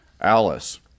Alice